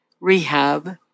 rehab